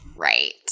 Right